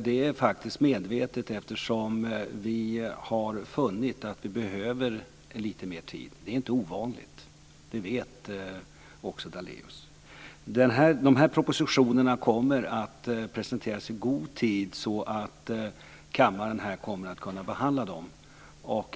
Det är faktiskt medvetet eftersom vi har funnit att vi behöver lite mer tid. Det är inte ovanligt. Det vet också Daléus. De här propositionerna kommer att presenteras i god tid så att kammaren kommer att kunna behandla dem.